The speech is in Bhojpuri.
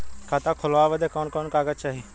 खाता खोलवावे बादे कवन कवन कागज चाही?